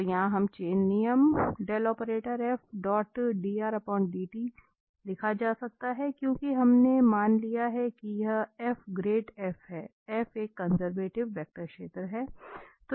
तो यहां यह चेन नियम लिखा जा सकता है क्योंकि हमने मान लिया है कि यह ग्रेड f है एक कंजर्वेटिव वेक्टर क्षेत्र है